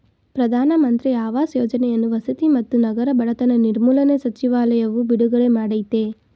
ಪ್ರಧಾನ ಮಂತ್ರಿ ಆವಾಸ್ ಯೋಜನೆಯನ್ನು ವಸತಿ ಮತ್ತು ನಗರ ಬಡತನ ನಿರ್ಮೂಲನೆ ಸಚಿವಾಲಯವು ಬಿಡುಗಡೆ ಮಾಡಯ್ತೆ